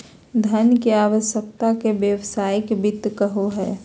धन के आवश्यकता के व्यावसायिक वित्त कहो हइ